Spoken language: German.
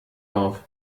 auf